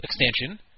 extension